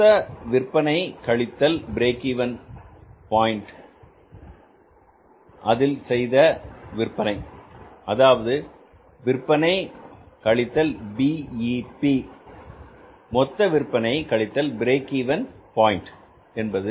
மொத்த விற்பனை கழித்தல் பிரேக் ஈவன் பாயிண்டில் செய்த விற்பனை அதாவது விற்பனை கழித்தல் பி இ பி மொத்த விற்பனை கழித்தல் பிரேக் இவென் பாயின்ட் என்பது